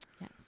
Yes